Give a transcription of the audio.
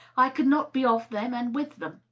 i could not be of them and with them.